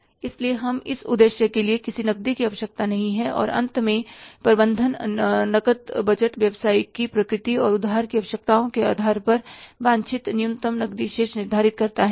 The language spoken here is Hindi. इसलिए इस उद्देश्य के लिए किसी नकदी की आवश्यकता नहीं है और अंत में प्रबंधन नकद बजट व्यवसाय की प्रकृति और उधार की आवश्यकताओं के आधार पर वांछित न्यूनतम नकदी शेष निर्धारित करता है